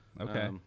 Okay